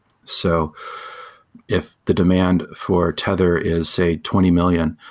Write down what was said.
so if the demand for tether is, say, twenty million,